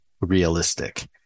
realistic